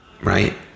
right